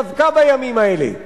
דווקא בימים האלה,